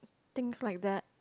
things like that